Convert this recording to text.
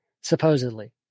supposedly